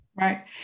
Right